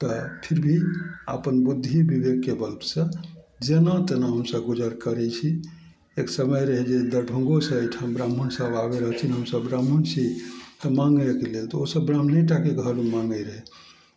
तऽ फिर भी अपन बुद्धि विवेकके बलसँ जेना तेना हमसब गुजर करय छी एक समय रहय जे दरभंगोसँ अइठाम ब्राह्मणसभ आबय रहथिन हमसभ ब्राह्मण छी तऽ माँगयके लेल तऽ ओसभ ब्राह्मणेटाके घरमे माँगय रहय